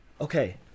Okay